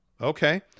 okay